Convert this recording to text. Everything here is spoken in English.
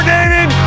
David